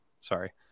Sorry